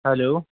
hello